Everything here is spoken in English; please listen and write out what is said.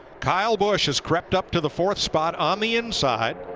kyle busch has crept up to the fourth spot on the inside.